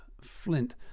Flint